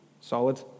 Solid